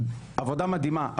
עבודה מדהימה,